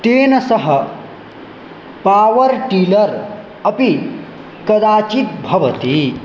तेन सह power tiller अपि कदाचित् भवति